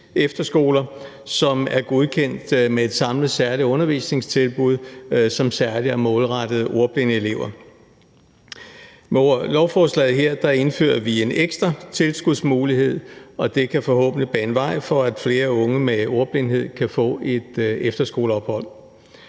efterskoler, som er godkendt med et samlet særligt undervisningstilbud, som er målrettet ordblinde elever. Med lovforslaget her indfører vi en ekstra tilskudsmulighed, og det kan forhåbentlig bane vej for, at flere unge med ordblindhed kan få et efterskoleophold.